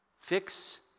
Fix